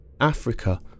Africa